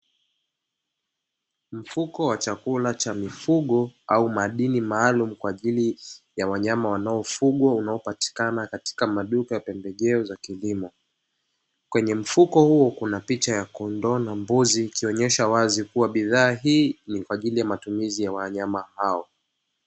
Mfuko wa chakula cha mifugo au madini maalumu kwa ajili ya wanyama wanao fugwa wanao patikana katika maduka ya pembejeo za kilimo, kwenye mfuko huo kuna picha ya kondoo na mbuzi ikionyesha wazi kua bidhaa hii ni kwa ajili ya matumizi ya wanyama hao.